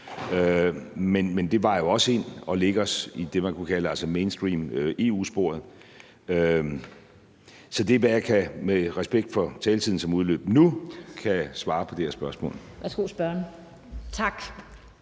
Men det vejer også og lægger os i det, man kunne kalde mainstream-EU-sporet. Så det er, hvad jeg med respekt for taletiden, som udløber nu, kan svare på det spørgsmål.